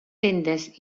tendes